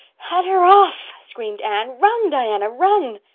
head her off, screamed anne. run, diana, run.